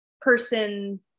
person